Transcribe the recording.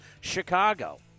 Chicago